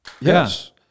Yes